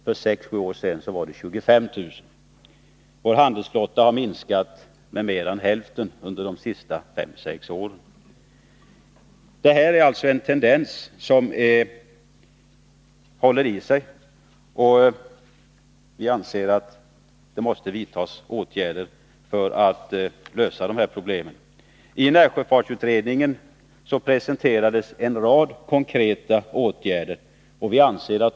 För sex år sedan var det nästan 25 000. Vår handelsflotta har minskat med mer än hälften under de senaste fem sex åren. Tendensen håller i sig. Vi anser att åtgärder måste vidtas för att lösa de här problemen. I närsjöfartsutredningen presenterades en rad konkreta åtgärder.